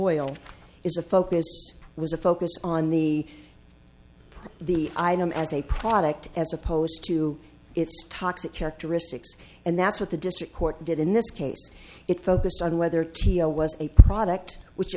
oil is a focus was a focus on the the item as a product as opposed to its toxic characteristics and that's what the district court did in this case it focused on whether teoh was a product which